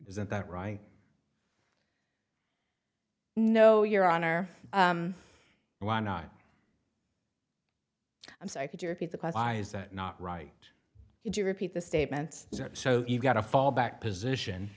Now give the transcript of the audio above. isn't that right no your honor why not i'm sorry could you repeat the question why is that not right if you repeat the statements so you've got a fallback position